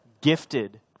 gifted